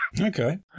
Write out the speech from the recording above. Okay